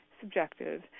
Subjective